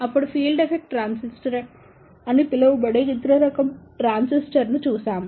అప్పుడు field effect transistor అని పిలువబడే ఇతర రకం ట్రాన్సిస్టర్ను చూశాము